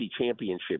championship